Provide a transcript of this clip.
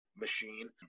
machine